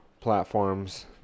platforms